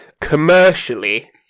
Commercially